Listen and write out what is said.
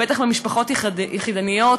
בטח במשפחות יחידניות,